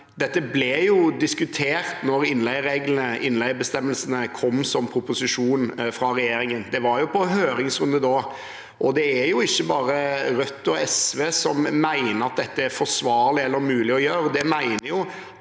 dette ble jo diskutert da innleiereglene, innleiebestemmelsene kom som proposisjon fra regjeringen. Det var på høringsrunde da. Og det er ikke bare Rødt og SV som mener at dette er forsvarlig eller mulig å gjøre,